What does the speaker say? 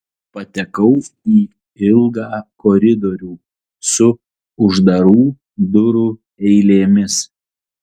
patekau į ilgą koridorių su uždarų durų eilėmis